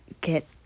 get